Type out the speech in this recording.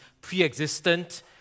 pre-existent